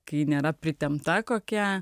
kai nėra pritempta kokia